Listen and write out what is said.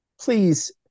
Please